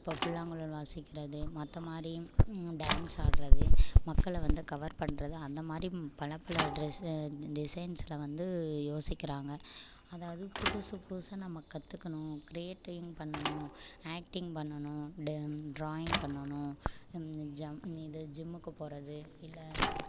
இப்போ புல்லாங்குழல் வாசிக்கிறது மற்ற மாதிரியும் டான்ஸ் ஆடுறது மக்களை வந்து கவர் பண்ணுறது அந்த மாதிரி பலப்பல ட்ரெஸ்ஸு டிசைன்ஸில் வந்து யோசிக்கிறாங்க அதாவது புதுசு புதுசாக நம்ம கற்றுக்கணும் க்ரியேட்டிங் பண்ணணும் ஆக்டிங் பண்ணணும் டெங் ட்ராயிங் பண்ணணும் ஜம் இது ஜிம்முக்குப் போகறது இல்லை